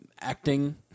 acting